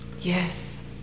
yes